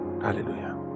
Hallelujah